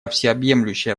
всеобъемлющая